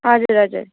हजुर हजुर